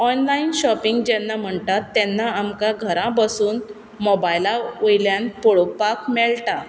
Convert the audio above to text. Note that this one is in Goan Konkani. ऑनलायन शॉपिंग जेन्ना म्हणटा तेन्ना आमकां घरा बसून मोबायला वयल्यान पोळोपाक मेयटा